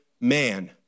man